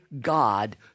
God